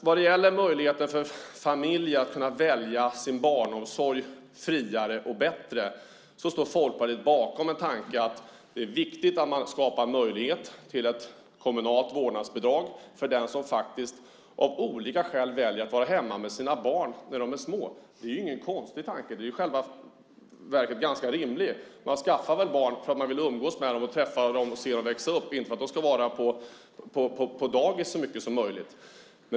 Vad gäller möjligheten för familjer att välja sin barnomsorg på ett friare och bättre sätt står Folkpartiet bakom en tanke att det är viktigt att skapa möjlighet till kommunalt vårdnadsbidrag för den som faktiskt av olika skäl väljer att vara hemma med sina barn när de är små. Det är ingen konstig tanke utan det är i själva verket ganska rimligt. Man skaffar väl barn för att man vill umgås med dem, träffa dem och se dem växa upp, inte för att de ska vara på dagis så mycket som möjligt.